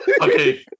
Okay